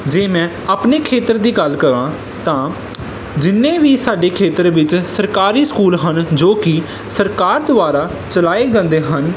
ਜੇ ਮੈਂ ਆਪਣੇ ਖੇਤਰ ਦੀ ਗੱਲ ਕਰਾਂ ਤਾਂ ਜਿੰਨੇ ਵੀ ਸਾਡੇ ਖੇਤਰ ਵਿੱਚ ਸਰਕਾਰੀ ਸਕੂਲ ਹਨ ਜੋ ਕਿ ਸਰਕਾਰ ਦੁਆਰਾ ਚਲਾਏ ਜਾਂਦੇ ਹਨ